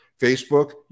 Facebook